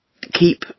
keep